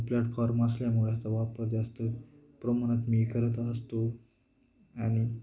platform असल्यामुळेच वापर जास्त प्रमाणात मी करत असतो आणि